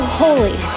holy